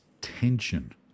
tension